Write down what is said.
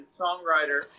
songwriter